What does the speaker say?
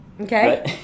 Okay